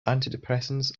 antidepressants